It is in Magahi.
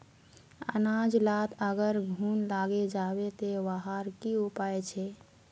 अनाज लात अगर घुन लागे जाबे ते वहार की उपाय छे?